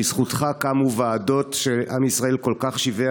בזכותך קמו ועדות שעם ישראל כל כך שיווע